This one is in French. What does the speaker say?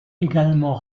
également